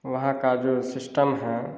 वहाँ का जो सिस्टम हैं